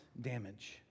damage